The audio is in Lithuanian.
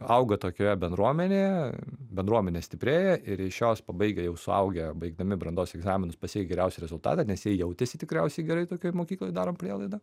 auga tokioje bendruomenėje bendruomenė stiprėja ir iš jos pabaigę jau suaugę baigdami brandos egzaminus pasiekę geriausią rezultatą nes jie jautėsi tikriausiai gerai tokioj mokykloj darom prielaidą